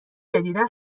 جدیدا